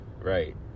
right